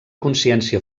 consciència